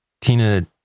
Tina